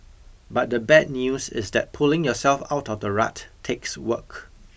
but the bad news is that pulling yourself out of the rut takes work